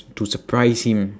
to surprise him